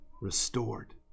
restored